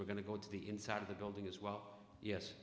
we're going to go to the inside of the building as well yes